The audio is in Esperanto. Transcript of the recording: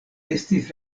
estis